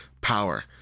power